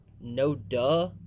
no-duh